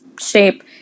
shape